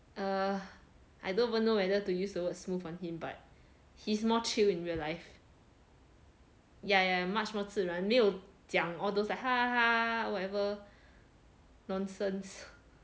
err I don't even know whether to use the words smooth on him but he's more chill in real life yeah yeah much more 自然没有讲 all those like whatever nonsense